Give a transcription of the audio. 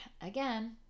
again